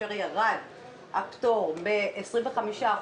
כאשר ירד הפטור מ-25%,